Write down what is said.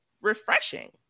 refreshing